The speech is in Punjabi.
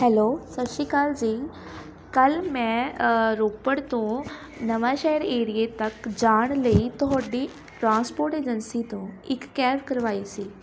ਹੈਲੋ ਸਤਿ ਸ਼੍ਰੀ ਅਕਾਲ ਜੀ ਕੱਲ੍ਹ ਮੈਂ ਰੋਪੜ ਤੋਂ ਨਵਾਂਸ਼ਹਿਰ ਏਰੀਏ ਤੱਕ ਜਾਣ ਲਈ ਤੁਹਾਡੀ ਟਰਾਂਸਪੋਟ ਏਜੰਸੀ ਤੋਂ ਇੱਕ ਕੈਬ ਕਰਵਾਈ ਸੀ